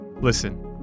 listen